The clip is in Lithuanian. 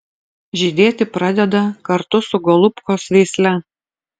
žydėti pradeda kartu su golubkos veisle